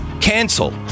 cancel